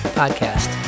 podcast